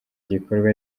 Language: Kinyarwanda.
gikorwa